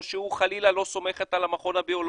או שחלילה לא סומך על המכון הביולוגי,